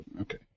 Okay